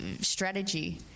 strategy